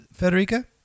Federica